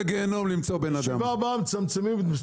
למה לא